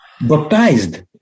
Baptized